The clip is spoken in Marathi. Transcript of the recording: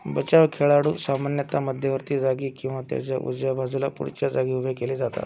बचाव खेळाडू सामान्यतः मध्यवर्ती जागी किंवा त्याच्या उजव्या बाजूला पुढच्या जागी उभे केले जातात